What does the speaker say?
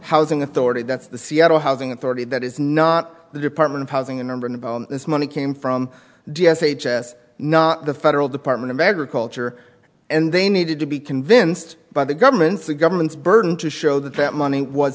housing authority that the seattle housing authority that is not the department of housing and number this money came from d s h not the federal department of agriculture and they needed to be convinced by the government the government's burden to show that that money was